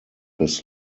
his